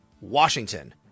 Washington